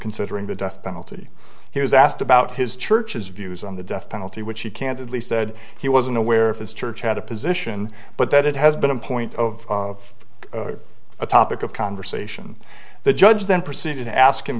considering the death penalty he was asked about his church's views on the death penalty which he candidly said he wasn't aware of his church had a position but that it has been in point of a topic of conversation the judge then proceeded to ask him